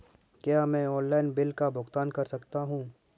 क्या मैं online bill का भुगतान कर सकता हूँ?